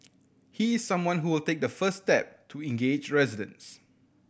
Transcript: he is someone who will take the first step to engage residents